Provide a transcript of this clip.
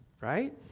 Right